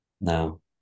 No